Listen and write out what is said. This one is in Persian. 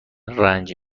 رنج